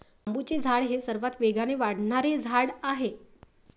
बांबूचे झाड हे सर्वात वेगाने वाढणारे झाड आहे